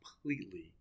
completely